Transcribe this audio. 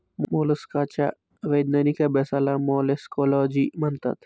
मोलस्काच्या वैज्ञानिक अभ्यासाला मोलॅस्कोलॉजी म्हणतात